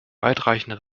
weitreichende